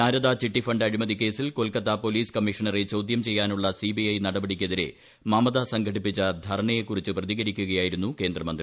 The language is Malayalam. ശാരദ ചിട്ടിഫണ്ട് അഴിമതിക്കേസിൽ കൊൽക്കത്തു ചോദ്യംചെയ്യാനുള്ള സി ബി ഐ നടപടിക്കെതിരെ മമത സംഘടിപ്പിച്ചു ധർണയെക്കുകുറിച്ച് പ്രതികരിക്കുകയായിരുന്നു കേന്ദ്രമന്തി